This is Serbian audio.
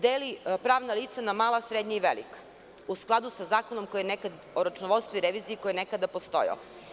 Deli pravna lica, na mala, srednja i velika u skladu sa zakonom o računovodstvu i reviziji koji je nekada postojao.